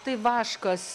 tai vaškas